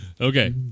Okay